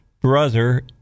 brother